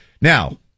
Now